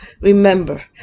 remember